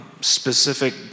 specific